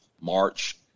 March